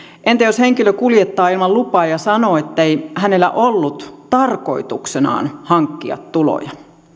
entä jos henkilö kuljettaa ilman lupaa ja sanoo ettei hänellä ollut tarkoituksenaan hankkia tuloja